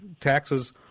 Taxes